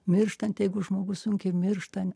mirštant jeigu žmogus sunkiai miršta